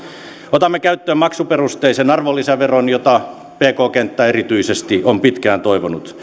otamme käyttöön maksuperusteisen arvonlisäveron jota pk kenttä erityisesti on pitkään toivonut